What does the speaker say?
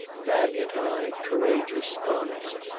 valiant-eyed, courageous, honest.